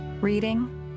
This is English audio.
reading